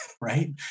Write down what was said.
Right